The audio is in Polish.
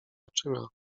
oczyma